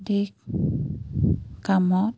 ধীশ কামত